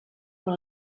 por